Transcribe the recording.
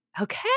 Okay